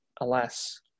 alas